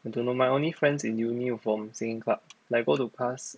I don't know my only friends in uni are from singing club like we go to class